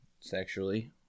sexually